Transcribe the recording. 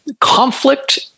conflict